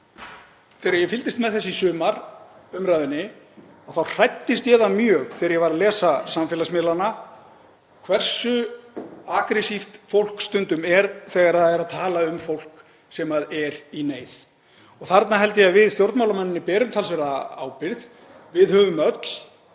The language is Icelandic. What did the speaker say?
þegar ég fylgdist með umræðunni í sumar þá hræddist ég það mjög þegar ég var að lesa samfélagsmiðlana hversu agressíft fólk stundum er þegar það er að tala um fólk sem er í neyð. Þarna held ég að við stjórnmálamennirnir berum talsverða ábyrgð. Við höfum öll